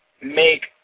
make